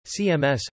CMS